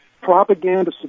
propaganda